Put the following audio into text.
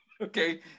Okay